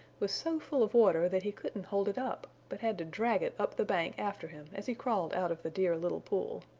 was so full of water that he couldn't hold it up, but had to drag it up the bank after him as he crawled out of the dear little pool.